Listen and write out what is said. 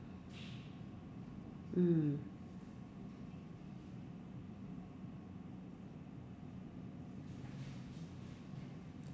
mm